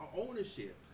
ownership